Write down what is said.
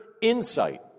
insight